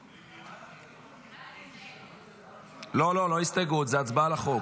סעיף 1 נתקבל.